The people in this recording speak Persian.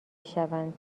شوند